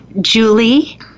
Julie